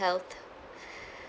health